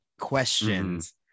questions